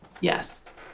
Yes